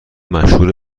مشهور